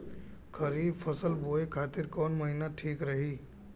खरिफ फसल बोए खातिर कवन महीना ठीक रही?